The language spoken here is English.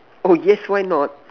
oh yes why not